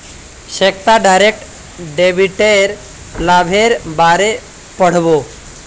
Shweta direct डेबिटेर लाभेर बारे पढ़ोहो